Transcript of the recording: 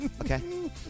Okay